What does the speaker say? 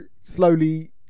slowly